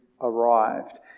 arrived